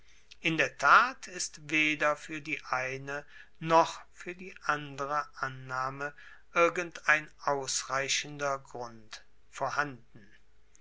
in der tat ist weder fuer die eine noch fuer die andere annahme irgendein ausreichender grund vorhanden